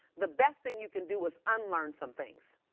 the best thing you can do is unlearn some things.